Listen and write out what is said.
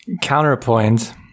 Counterpoint